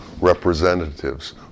representatives